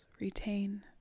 Retain